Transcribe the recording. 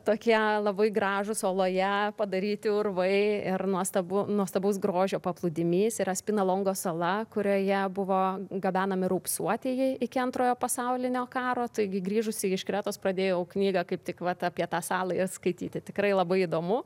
tokie labai gražūs oloje padaryti urvai ir nuostabu nuostabaus grožio paplūdimys yra spinalongo sala kurioje buvo gabenami raupsuotieji iki antrojo pasaulinio karo taigi grįžusi iš kretos pradėjau knygą kaip tik vat apie tą salą ir skaityti tikrai labai įdomu